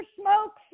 smoke